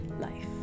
life